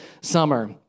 summer